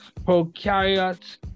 prokaryotes